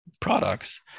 products